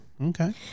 Okay